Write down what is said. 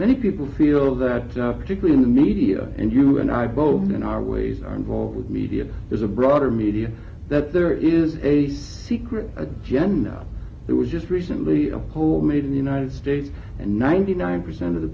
many people feel that particularly in the media and you and i both in our ways are involved with media there's a broader media that there is a secret agenda there was just recently a whole mood in the united states and ninety nine percent of the